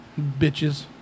bitches